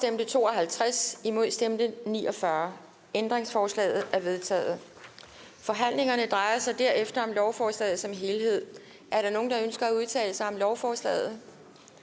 Kl. 14:52 Forhandling Formanden (Pia Kjærsgaard): Forhandlingen drejer sig derefter om lovforslaget som helhed. Er der nogen, der ønsker at udtale sig om lovforslaget?